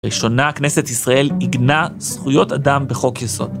לראשונה הכנסת ישראל עיגנה זכויות אדם בחוק יסוד.